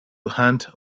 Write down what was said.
hand